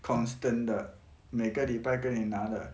constant 的每个礼拜跟你拿的